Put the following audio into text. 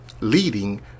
leading